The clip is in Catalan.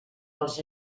dels